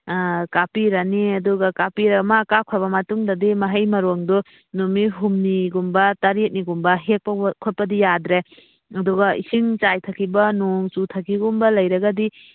ꯀꯥꯞꯄꯤꯔꯅꯤ ꯑꯗꯨꯒ ꯀꯥꯞꯄꯤꯔ ꯃꯥ ꯀꯥꯞꯈ꯭ꯔꯕ ꯃꯇꯨꯡꯗꯗꯤ ꯃꯍꯩ ꯃꯔꯣꯡꯗꯣ ꯅꯨꯃꯤꯠ ꯍꯨꯝꯅꯤꯒꯨꯝꯕ ꯇꯔꯦꯠꯅꯤꯒꯨꯝꯕ ꯍꯦꯛꯄ ꯈꯣꯠꯄꯗꯤ ꯌꯥꯗ꯭ꯔꯦ ꯑꯗꯨꯒ ꯏꯁꯤꯡ ꯆꯥꯏꯊꯈꯤꯕ ꯅꯣꯡ ꯆꯨꯊꯥꯈꯤꯕꯒꯨꯝꯕ ꯂꯩꯔꯒꯗꯤ